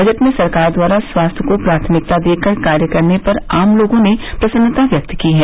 budget में सरकार द्वारा स्वास्थ्य को प्राथमिकता देकर कार्य करने पर आम लोगों ने प्रसन्नता व्यक्त की है